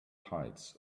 tides